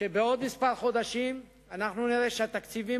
שבעוד חודשים מספר אנחנו נראה שהתקציבים